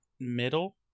middle